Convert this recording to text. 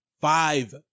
five